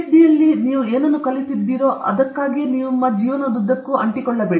D ಯಲ್ಲಿ ನೀವು ಕಲಿತದ್ದಕ್ಕೆ ನಿಮ್ಮ ಜೀವನದುದ್ದಕ್ಕೂ ಅಂಟಿಕೊಳ್ಳಬೇಡಿ